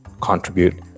contribute